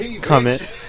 comment